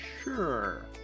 sure